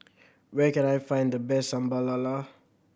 where can I find the best Sambal Lala